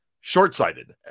short-sighted